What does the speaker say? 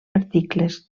articles